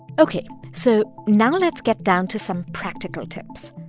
ok, so now let's get down to some practical tips.